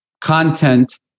content